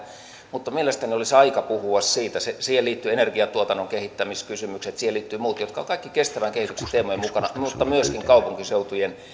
mutta mielestäni olisi aika puhua siitä siihen liittyvät energiatuotannon kehittämiskysymykset siihen liittyvät muut jotka ovat kaikki kestävän kehityksen teemojen mukana mutta myöskin kaupunkiseutujen